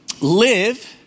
Live